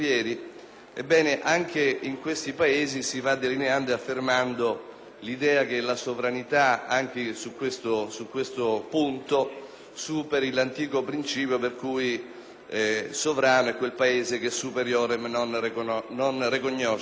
- in questi Paesi si va delineando ed affermando l'idea che la sovranità, su questo punto, superi l'antico principio per cui sovrano è quel Paese *superiorem non recognoscens*.